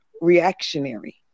reactionary